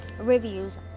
reviews